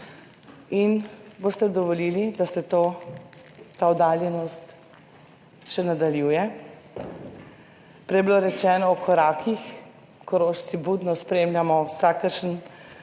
In boste dovolili, da ta oddaljenost še nadaljuje? Prej je bilo rečeno o korakih, Korošci budno spremljamo vsakršen